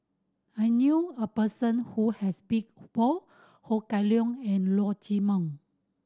I knew a person who has both Ho Kah Leong and Leong Chee Mun